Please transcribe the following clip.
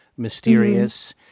mysterious